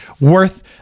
worth